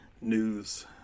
news